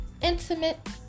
intimate